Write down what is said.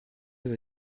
vous